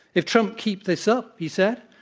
if trump keeps this up, he said,